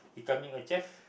becoming a chef